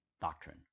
doctrine